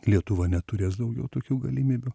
lietuva neturės daugiau tokių galimybių